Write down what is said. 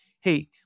hey